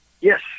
Yes